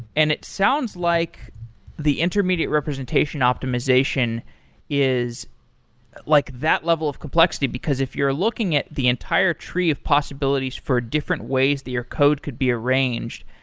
and it sounds like the intermediate representation optimization is like that level of complexity, because if you're looking at the entire tree of possibilities for different ways that your code could be arranged,